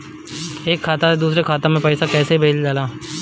एक खाता से दुसरे खाता मे पैसा कैसे भेजल जाला?